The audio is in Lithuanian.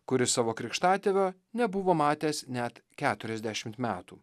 kuris savo krikštatėvio nebuvo matęs net keturiasdešimt metų